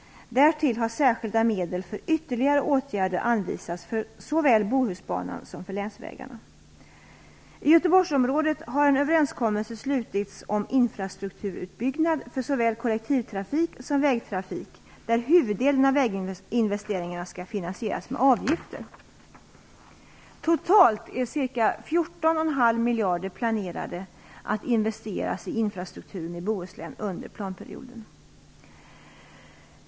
Därtill har särskilda medel för ytterligare åtgärder anvisats för såväl Bohusbanan som för länsvägarna. I Göteborgsområdet har en överenskommelse slutits om infrastrukturutbyggnad för såväl kollektivtrafik som vägtrafik där huvuddelen av väginvesteringarna skall finansieras med avgifter. Totalt är det planerat att ca 14,5 miljarder skall investeras i infrastrukturen i Bohuslän under planperioden.